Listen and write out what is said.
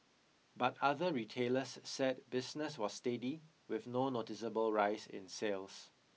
but other retailers said business was steady with no noticeable rise in sales